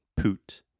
Poot